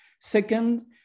Second